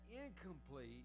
incomplete